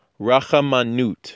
rachamanut